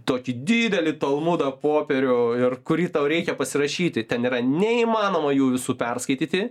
tokį didelį talmudą popierių ir kurį tau reikia pasirašyti ten yra neįmanoma jų visų perskaityti